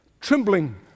trembling